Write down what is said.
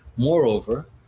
moreover